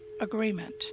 agreement